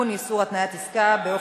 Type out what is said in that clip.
באמת.